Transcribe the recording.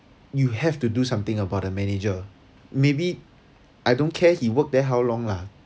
you have to do something about the manager maybe I don't care he work there how long lah